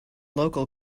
local